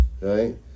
right